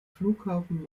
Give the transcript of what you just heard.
flughafen